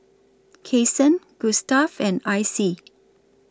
Kasen Gustav and Icy